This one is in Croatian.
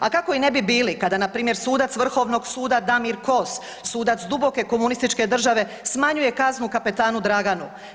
A kako ne bi i bili kada na primjer sudac Vrhovnog suda Damir Kos, sudac duboke komunističke države smanjuje kaznu kapetanu Draganu.